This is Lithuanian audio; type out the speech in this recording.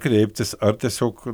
kreiptis ar tiesiog